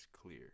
clear